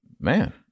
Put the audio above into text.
man